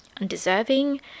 undeserving